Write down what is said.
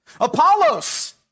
Apollos